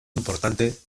importante